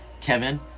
Kevin